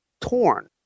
torn